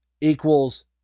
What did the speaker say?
equals